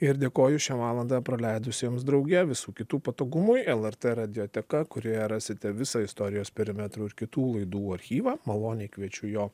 ir dėkoju šią valandą praleidusiems drauge visų kitų patogumui lrt radioteka kurioje rasite visą istorijos perimetrų ir kitų laidų archyvą maloniai kviečiu jo